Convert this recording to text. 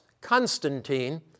Constantine